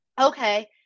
okay